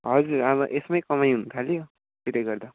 हजुर अब यसमै कमाइ हुनुथाल्यो त्यसले गर्दा